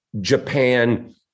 Japan